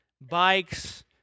bikes